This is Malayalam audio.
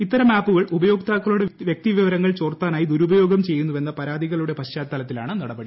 ഇത്തരം ആപ്പുകൾ ഉപയോക്താക്കളുടെ വൃക്തിവിവരങ്ങൾ ചോർത്താനായി ദുരുപയോഗം ചെയ്യുന്നുവെന്ന പരാതികളുടെ പശ് ചാത്തലത്തിലാണ് നടപടി